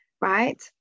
Right